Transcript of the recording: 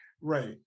right